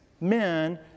men